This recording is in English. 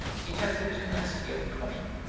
it had the tenacity of cotton.